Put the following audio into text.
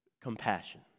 compassion